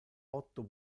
otto